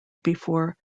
before